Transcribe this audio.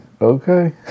okay